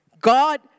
God